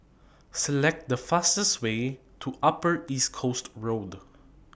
Select The fastest Way to Upper East Coast Road